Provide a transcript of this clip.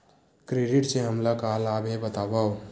Credit से हमला का लाभ हे बतावव?